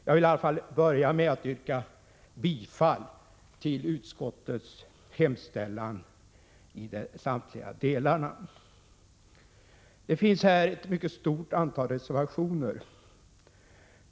Jag börjar med att yrka bifall till utskottets hemställan i samtliga delar. Det finns här ett mycket stort antal reservationer.